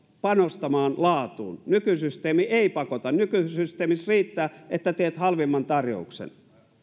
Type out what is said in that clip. panostamaan laatuun nykysysteemi ei pakota nykysysteemissä riittää että teet halvimman tarjouksen